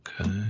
Okay